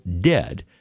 dead